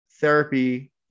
therapy